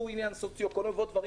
אלו דברים